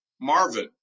Marvin